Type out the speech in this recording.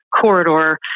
corridor